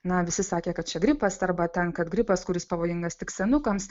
na visi sakė kad čia gripas arba ten kad gripas kuris pavojingas tik senukams